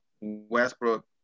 Westbrook